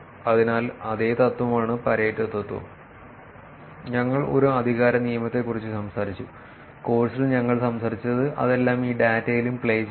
അതിനാൽ അതേ തത്ത്വമാണ് പാരെറ്റോ തത്ത്വം ഞങ്ങൾ ഒരു അധികാര നിയമത്തെക്കുറിച്ച് സംസാരിച്ചു കോഴ്സിൽ ഞങ്ങൾ സംസാരിച്ചത് അതെല്ലാം ഈ ഡാറ്റയിലും പ്ലേ ചെയ്യുന്നു